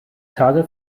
tage